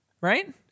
Right